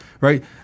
right